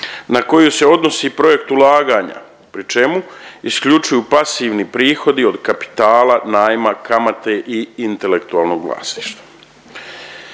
na koju se odnosi projekt ulaganja, pri čemu isključuju pasivni prihodi od kapitala, najma, kamate i intelektualnog vlasništva.